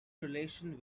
relations